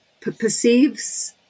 perceives